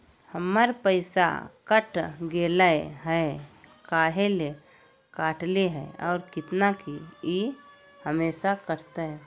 हमर पैसा कट गेलै हैं, काहे ले काटले है और कितना, की ई हमेसा कटतय?